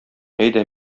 әйдә